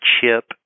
chip